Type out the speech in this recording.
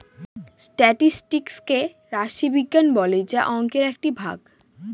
statistics কে রাশি বিজ্ঞান বলে যা অংকের একটি ভাগ